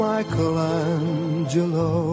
Michelangelo